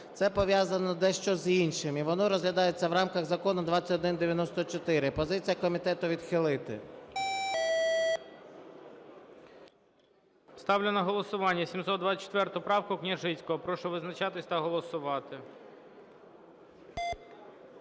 Це пов'язано дещо з іншим, і воно розглядається в рамках Закону 2194. Позиція комітету – відхилити. ГОЛОВУЮЧИЙ. Ставлю на голосування 724 правку Княжицького. Прошу визначатись та голосувати.